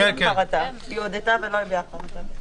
היא הודתה ולא הביעה חרטה.